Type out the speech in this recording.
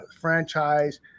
franchise